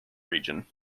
region